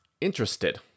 interested